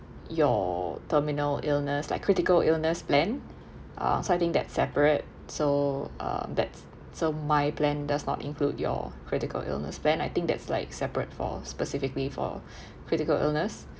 your terminal illness like critical illness plan uh so I think that separate so uh that's so my plan does not include your critical illness plan I think that's like separate for specifically for critical illness